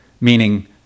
meaning